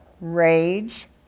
rage